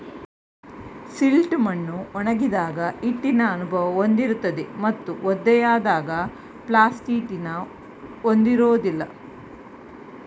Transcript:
silt ಮಣ್ಣು ಒಣಗಿದಾಗ ಹಿಟ್ಟಿನ ಅನುಭವ ಹೊಂದಿರುತ್ತದೆ ಮತ್ತು ಒದ್ದೆಯಾದಾಗ ಪ್ಲಾಸ್ಟಿಟಿನ ಹೊಂದಿರೋದಿಲ್ಲ